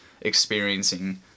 experiencing